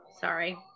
sorry